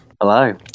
Hello